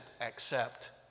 accept